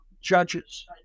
Judges